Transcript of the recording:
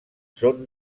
són